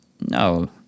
no